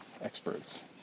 Experts